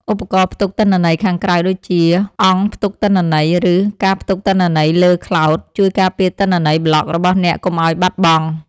ឧបករណ៍ផ្ទុកទិន្នន័យខាងក្រៅដូចជា អង្គផ្ទុកទិន្នន័យ ឬ ការផ្ទុកទិន្នន័យលើខ្លោដ ជួយការពារទិន្នន័យប្លក់របស់អ្នកកុំឱ្យបាត់បង់។